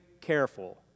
careful